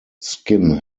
skin